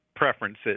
preferences